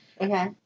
Okay